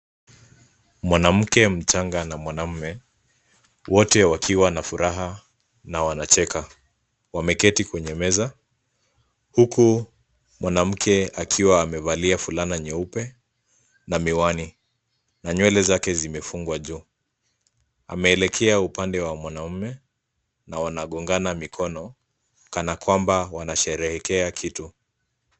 Mwanamke mchanga na mwanaume wote wakiwa na furaha na wanacheka wameketi kwenye meza huku mwanamke akiwa amevalia fulana nyeupe na miwani na nywele zake zimefungwa juu ameelekea upande wa mwanaume na wanagongana mikono kana kwamba wanasherehekea kitu.